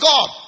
God